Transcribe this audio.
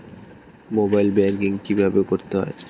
Mobile banking কীভাবে করতে হয়?